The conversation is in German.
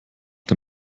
der